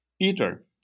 Peter